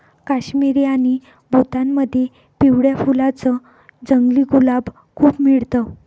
काश्मीर आणि भूतानमध्ये पिवळ्या फुलांच जंगली गुलाब खूप मिळत